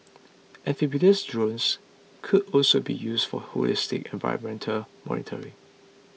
amphibious drones could also be used for holistic environmental monitoring